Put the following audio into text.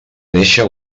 néixer